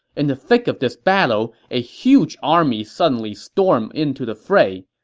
in the thick of this battle, a huge army suddenly stormed into the fray.